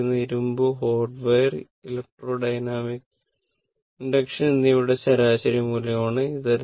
ചലിക്കുന്ന ഇരുമ്പ് hot wire electrodynamic induction എന്നിവയുടെ ശരാശരി മൂല്യമാണിത്